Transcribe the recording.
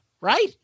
Right